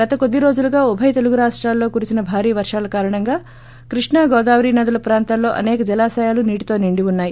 గత కొద్ది రోజులుగా ఉభయ తెలుగురాష్టాల్లో కురిసిన భారీ వర్షాల కారణంగా కృష్ణా గోదావరి నదుల ప్రాంతాల్లో అసేక జలాశయాలు నీటితో నిండి ఉన్నాయి